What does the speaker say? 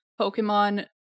Pokemon